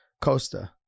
Costa